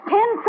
Ten